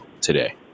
today